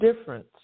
difference